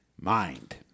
mind